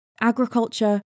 agriculture